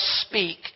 speak